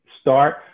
start